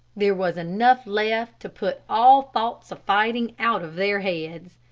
there was enough left to put all thoughts of fighting out of their heads.